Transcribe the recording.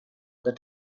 other